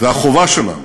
והחובה שלנו